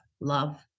love